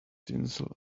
tinsel